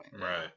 Right